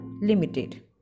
limited